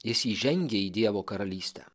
jis įžengia į dievo karalystę